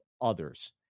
others